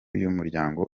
y’umuryango